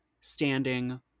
standing